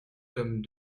tome